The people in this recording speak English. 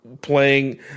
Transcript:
playing